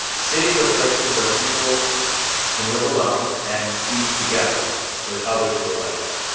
cities are places where people can live alone and be together with others who are like them.